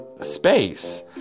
space